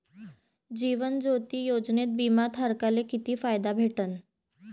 जीवन ज्योती योजनेत बिमा धारकाले किती फायदा भेटन?